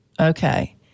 Okay